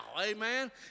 amen